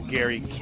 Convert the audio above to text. Gary